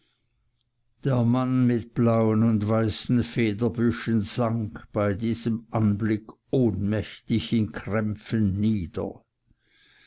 der mann mit blauen und weißen federbüschen sank bei diesem anblick ohnmächtig in krämpfen nieder